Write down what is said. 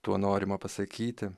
tuo norima pasakyti